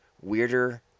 weirder